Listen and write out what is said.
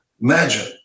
Imagine